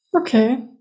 Okay